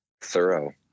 thorough